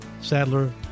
Sadler